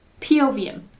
POVM